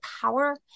power